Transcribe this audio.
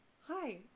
Hi